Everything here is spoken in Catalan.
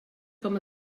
com